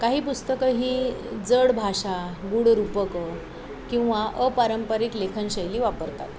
काही पुस्तकं ही जड भाषा गूढ रूपकं किंवा अपारंपरिक लेखनशैली वापरतात